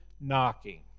knocking